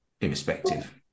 irrespective